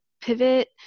pivot